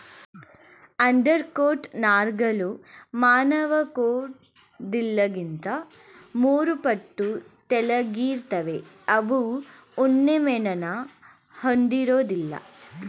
undercoat ನಾರ್ಗಳು ಮಾನವಕೂದ್ಲಿಗಿಂತ ಮೂರುಪಟ್ಟು ತೆಳ್ಳಗಿರ್ತವೆ ಅವು ಉಣ್ಣೆಮೇಣನ ಹೊಂದಿರೋದಿಲ್ಲ